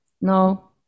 no